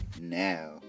now